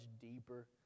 deeper